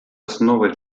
основой